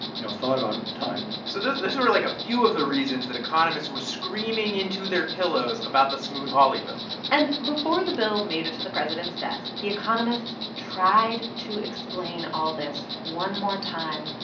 you know, thought about at the time so those were, like, a few of the reasons that economists were screaming into their pillows about the smoot-hawley bill and before the bill made it to the president's desk, the economists tried to explain all this one more time,